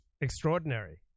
extraordinary